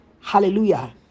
Hallelujah